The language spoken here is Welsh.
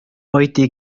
oedi